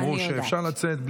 אמרו שאפשר לצאת,